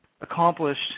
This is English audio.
accomplished